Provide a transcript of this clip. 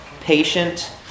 patient